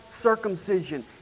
circumcision